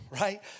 right